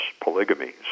polygamy